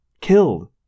killed